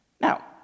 Now